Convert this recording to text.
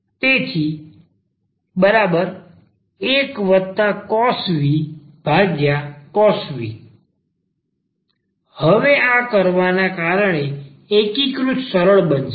તેથી 1cos v cos v હવે આ કરવાના કારણે એકીકરણ સરળ બનશે